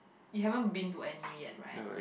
you haven't been to any yet right